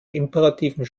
imperativen